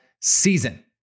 season